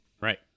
Right